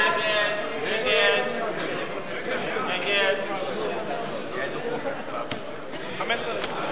להסיר מסדר-היום את הצעת חוק הנכים (תגמולים ושיקום) (תיקון,